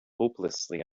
hopelessly